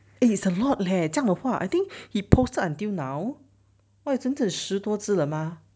eh it is a lot leh 这样的话 I think he posted until now !wah! 有整整十多只了吗